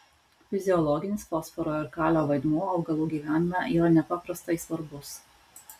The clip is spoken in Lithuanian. fiziologinis fosforo ir kalio vaidmuo augalų gyvenime yra nepaprastai svarbus